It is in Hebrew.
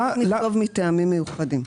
אז לפחות נכתוב "מטעמים מיוחדים".